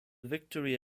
victory